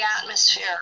atmosphere